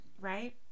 right